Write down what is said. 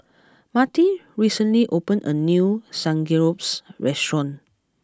Matie recently opened a new Samgeyopsal restaurant